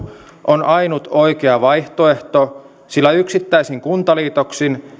on ainut oikea vaihtoehto sillä yksittäisin kuntaliitoksin